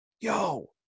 yo